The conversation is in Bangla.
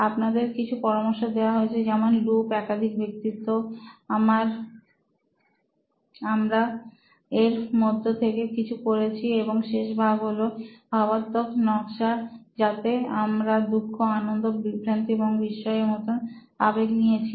আপনাদের কিছু পরামর্শ দেওয়া হয়েছে যেমন লুপ একাধিক ব্যক্তিত্ব আমরা রর মধ্যে থেকে কিছু করেছি এবং শেষ ভাগ হলো ভাবাত্বক নকশা যাতে আমরা দুঃখ আনন্দ বিভ্রান্তি এবং বিস্ময় এর মত আবেগ নিয়েছি